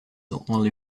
only